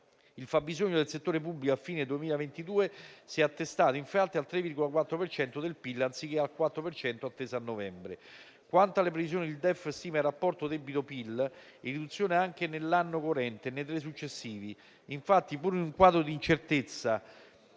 Il fabbisogno del settore pubblico a fine 2022 si è attestato infatti al 3,4 per cento del PIL, anziché al 4 per cento atteso a novembre. Quanto alle previsioni, il DEF stima il rapporto debito-PIL in riduzione anche nell'anno corrente e nei tre successivi. Infatti, pur in un quadro d'incertezza